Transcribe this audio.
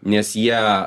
nes jie